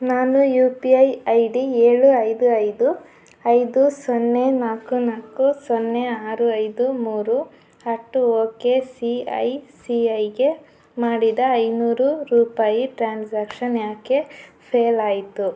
ನಾನು U P I I D ಏಳು ಐದು ಐದು ಐದು ಸೊನ್ನೆ ನಾಲ್ಕು ನಾಲ್ಕು ಸೊನ್ನೆ ಆರು ಐದು ಮೂರು ಹತ್ತು ಓಕೆ ಸಿ ಐ ಸಿ ಐಗೆ ಮಾಡಿದ ಐನೂರು ರೂಪಾಯಿ ಟ್ರಾನ್ಸ್ಯಾಕ್ಷನ್ ಏಕೆ ಫೇಲ್ ಆಯಿತು